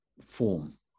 form